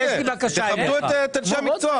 תכבדו את אנשי המקצוע.